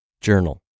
journal